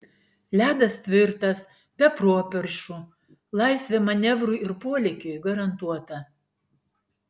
ledas tvirtas be properšų laisvė manevrui ir polėkiui garantuota